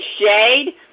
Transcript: shade